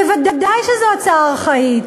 ודאי שזה ארכאי,